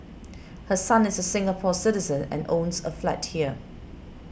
her son is a Singapore Citizen and owns a flat here